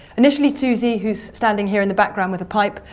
initially toosey, who's standing here in the background with a pipe,